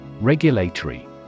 Regulatory